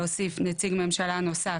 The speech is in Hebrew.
להוסיף נציג ממשלה נוסף,